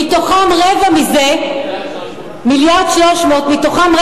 מיליארד 300. מיליארד 300. מתוכם,